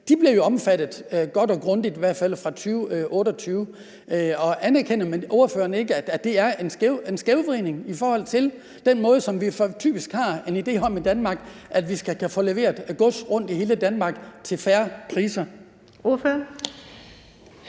bliver omfattet godt og grundigt i hvert fald fra 2028. Anerkender ordføreren ikke, at det er en skævvridning i forhold til den måde, vi typisk har en idé om i Danmark at vi kan få leveret gods rundt i hele Danmark på til fair priser?